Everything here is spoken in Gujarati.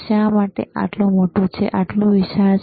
શા માટે તે આટલું મોટું છે શા માટે આટલું વિશાળ છે